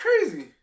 crazy